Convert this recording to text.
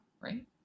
Right